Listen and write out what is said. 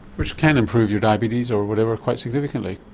which can improve your diabetes or whatever quite significantly.